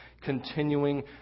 continuing